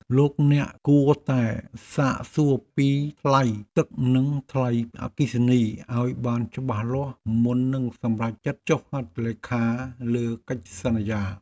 លោកអ្នកគួរតែសាកសួរពីថ្លៃទឹកនិងថ្លៃអគ្គិសនីឱ្យបានច្បាស់លាស់មុននឹងសម្រេចចិត្តចុះហត្ថលេខាលើកិច្ចសន្យា។